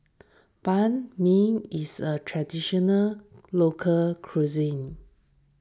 Banh Mi is a Traditional Local Cuisine